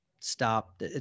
stop